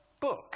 book